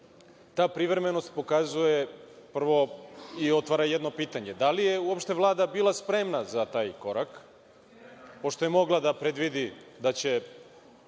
ta privremenost pokazuje i otvara jedno pitanje – da li je Vlada uopšte bila spremna za taj korak, pošto je mogla da predvidi da će